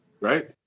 right